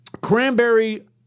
Cranberry